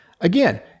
Again